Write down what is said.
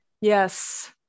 Yes